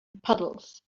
puddles